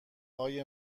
های